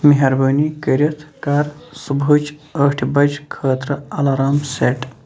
مہربٲنی کٔرِتھ کَر صُبحٕچ ٲٹھِ بجہِ خٲطرٕ الارام سیٹ